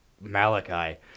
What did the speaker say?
Malachi